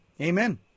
Amen